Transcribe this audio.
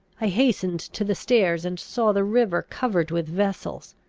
i hastened to the stairs, and saw the river covered with vessels.